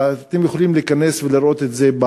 אתם יכולים להיכנס ולראות את זה,